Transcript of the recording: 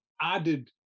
added